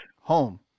home